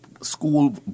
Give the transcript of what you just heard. School